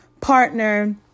partner